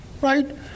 right